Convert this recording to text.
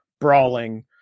brawling